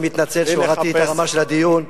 אני מתנצל שהורדתי את הרמה של הדיון.